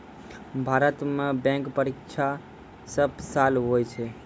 भारत मे बैंक परीक्षा सब साल हुवै छै